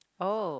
oh